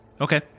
Okay